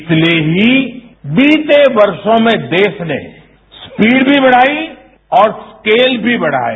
इसलिए भी बीते वर्षो में देश ने स्पीड भी बढ़ाई और स्केल भी बढ़ाया